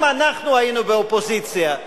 גם אנחנו היינו באופוזיציה.